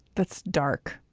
that's dark.